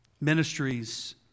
ministries